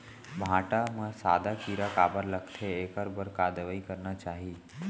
भांटा म सादा कीरा काबर लगथे एखर बर का दवई करना चाही?